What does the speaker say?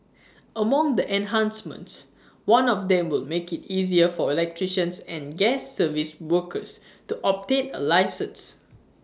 among the enhancements one of them would make IT easier for electricians and gas service workers to obtain A licence